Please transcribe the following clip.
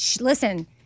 Listen